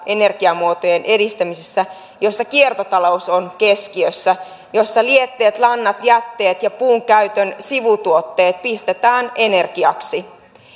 energiamuotojen edistämisessä jossa kiertotalous on keskiössä se että lietteet lannat jätteet ja puunkäytön sivutuotteet pistetään energiaksi